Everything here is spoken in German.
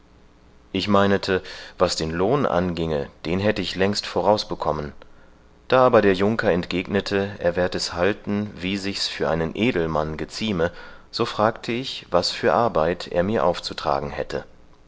ich meinete was den lohn anginge den hätte ich längst vorausbekommen da aber der junker entgegnete er werd es halten wie sich's für einen edelmann gezieme so fragte ich was für arbeit er mir aufzutragen hätte